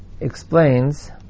explains